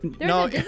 no